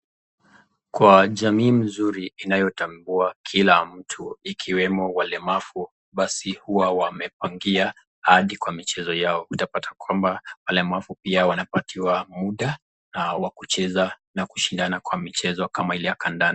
Kwa jamii mzuri inayotambua kila mtu ikiwemo walemavu basi huwa wamepangia hadi kwa michezo yao. Utapata kwamba walemavu pia wanapatiwa muda wa kucheza na kushindana kwa michezo kama ile ya kandanda.